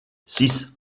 six